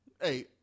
Hey